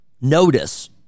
Notice